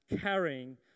carrying